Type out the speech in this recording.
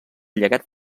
llegat